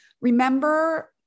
Remember